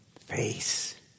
face